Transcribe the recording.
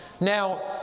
Now